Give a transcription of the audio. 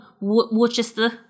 Worcester